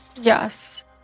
yes